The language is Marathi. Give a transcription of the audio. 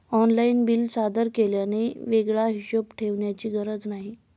ऑनलाइन बिल सादर केल्याने वेगळा हिशोब ठेवण्याची गरज नाही